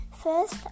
First